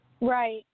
Right